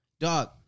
Dog